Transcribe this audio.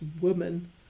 woman